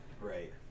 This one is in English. Right